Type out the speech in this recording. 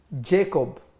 Jacob